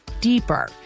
deeper